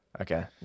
Okay